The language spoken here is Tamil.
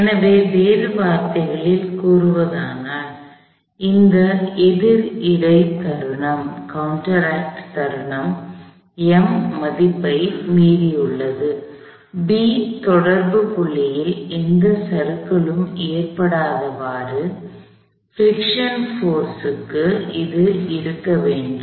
எனவே வேறு வார்த்தைகளில் கூறுவதானால் இந்த எதிரிடைகவுண்டர் ஆக்ட் தருணம் M மதிப்பை மீறியுள்ளது B தொடர்பு புள்ளியில் எந்த சறுக்கலும் ஏற்படாதவாறு பிரிக்க்ஷின் போர்ஸ் க்கு அது இருக்க வேண்டும்